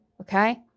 okay